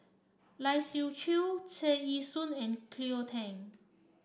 Lai Siu Chiu Tear Ee Soon and Cleo Thang